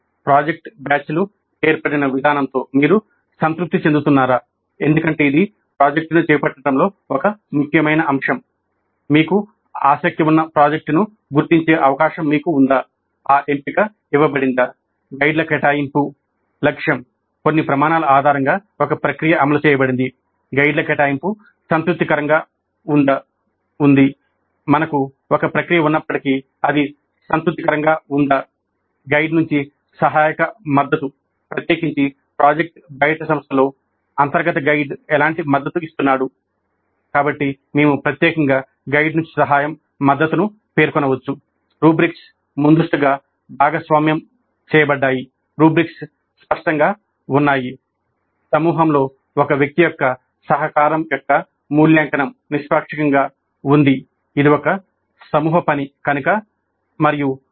project బ్యాచ్లు ఏర్పడిన విధానంతో మీరు సంతృప్తి చెందుతున్నారా